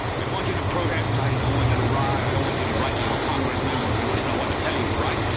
i don't want you to protest, i don't want you to riot. i don't want you to write to your congressman because i wouldn't know what to tell you to write.